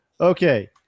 Okay